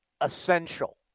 essential